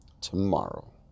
tomorrow